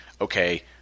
okay